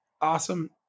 awesome